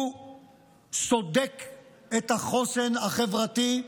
הוא סודק את החוסן החברתי,